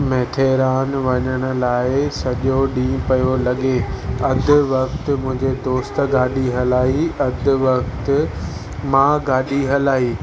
माथेरान वञण लाइ सॼो ॾींहुं पियो लॻे अधु वक़्तु मुंहिंजे दोस्तु गाॾी हलाई अधु वक़्तु मां गाॾी हलाई